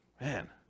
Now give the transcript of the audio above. man